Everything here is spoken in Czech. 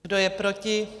Kdo je proti?